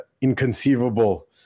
inconceivable